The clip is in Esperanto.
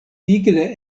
vigle